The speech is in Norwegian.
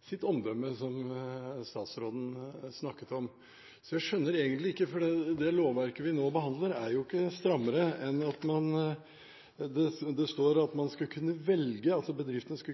sitt omdømme, som statsråden snakket om. Det lovverket vi nå behandler, er ikke strammere enn at det står at bedriftene skal